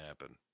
happen